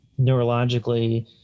neurologically